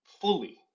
fully